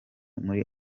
muri